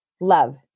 love